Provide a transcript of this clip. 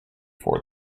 for